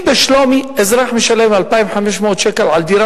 אם בשלומי אזרח משלם 2,500 שקל על דירה